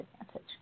advantage